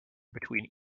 between